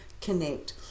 connect